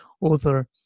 author